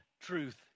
truth